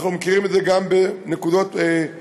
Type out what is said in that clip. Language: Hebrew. אנחנו מכירים את זה גם בנקודות נוספות,